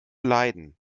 leiden